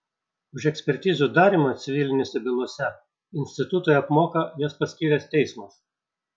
už ekspertizių darymą civilinėse bylose institutui apmoka jas paskyręs teismas